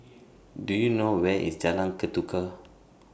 Do YOU know Where IS Jalan Ketuka